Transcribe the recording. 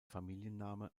familienname